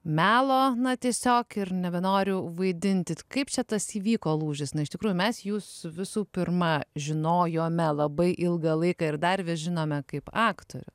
melo na tiesiog ir nebenoriu vaidinti kaip čia tas įvyko lūžis na iš tikrųjų mes jus visų pirma žinojome labai ilgą laiką ir dar vis žinome kaip aktorių